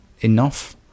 enough